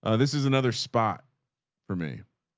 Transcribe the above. ah this is another spot for me.